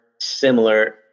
similar